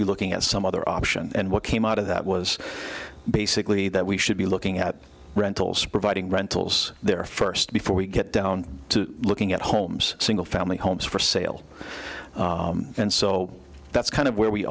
be looking at some other option and what came out of that was basically that we should be looking at rentals providing rentals there first before we get down to looking at homes single family homes for sale and so that's kind of where we